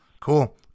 Cool